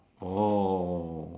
oh